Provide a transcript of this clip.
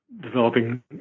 developing